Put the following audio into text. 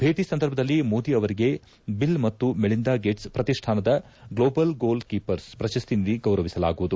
ಭೇಟಿ ಸಂದರ್ಭದಲ್ಲಿ ಮೋದಿ ಅವರಿಗೆ ಬಿಲ್ ಮತ್ತು ಮಿಳಿಂದ ಗೇಟ್ಟ್ ಪ್ರತಿಷ್ಠಾನದ ಗ್ಲೋಬಲ್ ಗೋಲ್ ಕಿಪರ್ಸ್ ಪ್ರಶಸ್ತಿ ನೀಡಿ ಗೌರವಿಸಲಾಗುವುದು